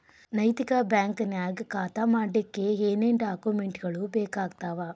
ನೈತಿಕ ಬ್ಯಾಂಕ ನ್ಯಾಗ್ ಖಾತಾ ಮಾಡ್ಲಿಕ್ಕೆ ಏನೇನ್ ಡಾಕುಮೆನ್ಟ್ ಗಳು ಬೇಕಾಗ್ತಾವ?